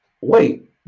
Wait